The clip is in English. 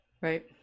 Right